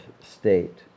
state